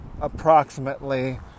approximately